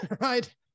right